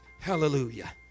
Hallelujah